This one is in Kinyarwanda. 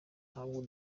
ntabwo